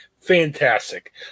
Fantastic